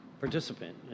participant